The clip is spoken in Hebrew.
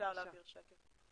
אפשר להעביר שקף.